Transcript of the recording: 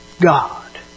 God